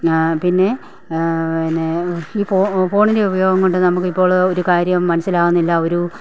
പിന്നെ ഈ ഫോണിൻ്റെ ഉപയോഗം കൊണ്ട് നമുക്കിപ്പോൾ ഒരു കാര്യം മനസ്സിലാവുന്നില്ല ഒരു